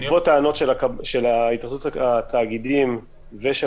בעקבות טענות של התאחדות התאגידים ושל